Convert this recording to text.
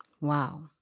Wow